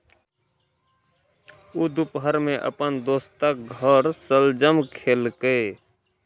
ऊ दुपहर मे अपन दोस्तक घर शलजम खेलकै